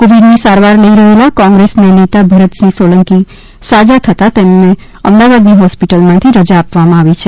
કોવિદ ની સારવાર લઈ રહેલા કોંગ્રેસ ના નેતા ભરતસિંહ સોલંકી સાજા થતાં તેમણે અમદાવાદ ની હોસ્પિટલ માં થી રજા આપવા માં આવી છે